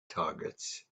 targets